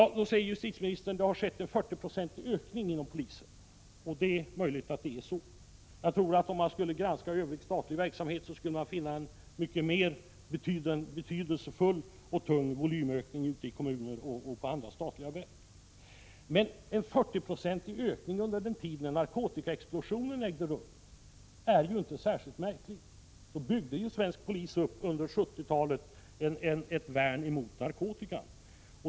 Då säger justitieministern att det har skett en 40-procentig ökning inom polisen. Det är möjligt att det är så. Om man skulle granska övrig statlig verksamhet tror jag att man skulle finna en mycket mer betydelsefull och tung volymökning ute i kommunerna och inom statliga verk. Men en 40-procentig ökning under den tid då narkotikaexplosionen ägde rum är ju inte särskilt märklig. Då, under 1970-talet, byggde ju svensk polis upp ett värn mot narkotikan.